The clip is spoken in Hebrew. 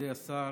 מכובדי השר,